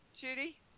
Judy